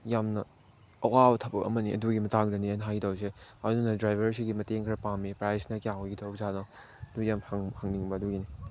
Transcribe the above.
ꯌꯥꯝꯅ ꯑꯋꯥꯕ ꯊꯕꯛ ꯑꯃꯅꯤ ꯑꯗꯨꯒꯤ ꯃꯇꯥꯡꯗꯅꯤꯅ ꯍꯥꯏꯒꯗꯧꯕꯁꯦ ꯑꯗꯨꯅ ꯗ꯭ꯔꯥꯏꯕꯔꯁꯤꯒꯤ ꯃꯇꯦꯡ ꯈꯔ ꯄꯥꯝꯃꯤ ꯄ꯭ꯔꯥꯏꯁꯅ ꯀꯌꯥ ꯑꯣꯏꯒꯗꯧꯕ ꯖꯥꯠꯅꯣ ꯑꯗꯨ ꯌꯥꯝ ꯈꯪꯅꯤꯡꯕ ꯑꯗꯨꯒꯤꯅꯤ